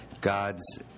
God's